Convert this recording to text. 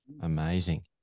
Amazing